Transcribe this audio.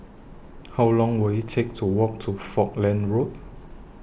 How Long Will IT Take to Walk to Falkland Road